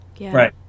Right